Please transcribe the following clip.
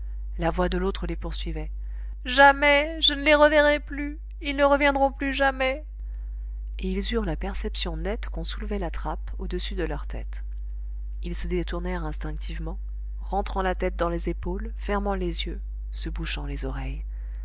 la voix de l'autre les poursuivait jamais je ne les reverrai plus ils ne reviendront plus jamais et ils eurent la perception nette qu'on soulevait la trappe au-dessus de leur tête ils se détournèrent instinctivement rentrant la tête dans les épaules fermant les yeux se bouchant les oreilles